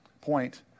point